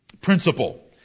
principle